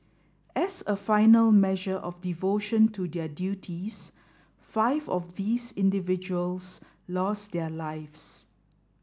as a final measure of devotion to their duties five of these individuals lost their lives